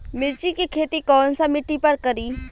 मिर्ची के खेती कौन सा मिट्टी पर करी?